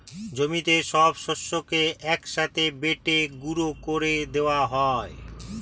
জমিতে সব শস্যকে এক সাথে বেটে গুঁড়ো করে দেওয়া হয়